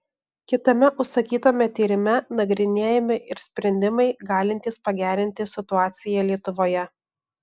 kitame užsakytame tyrime nagrinėjami ir sprendimai galintys pagerinti situaciją lietuvoje